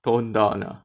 tone down ah